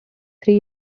three